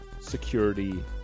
security